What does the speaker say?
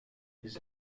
his